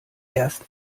erst